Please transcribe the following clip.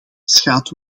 schaadt